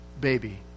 baby